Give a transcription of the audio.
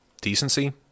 decency